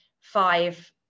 five